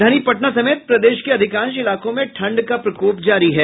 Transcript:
राजधानी पटना समेत प्रदेश के अधिकांश इलाकों में ठंड का प्रकोप जारी है